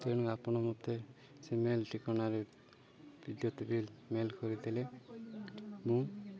ତେଣୁ ଆପଣ ମୋତେ ସେ ମେଲ୍ ଠିକଣାରେ ବିଦ୍ୟତ୍ ବିଲ୍ ମେଲ୍ କରିଦେଲେ ମୁଁ